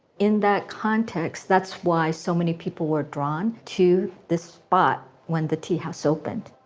in that context, that's why so many people were drawn to this spot when the teahouse opened.